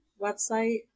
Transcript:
website